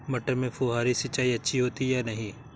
मटर में फुहरी सिंचाई अच्छी होती है या नहीं?